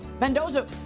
Mendoza